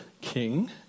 king